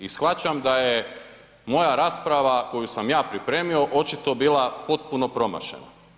I shvaćam da je moja rasprava koju sam ja pripremio očito bila potpuno promašena.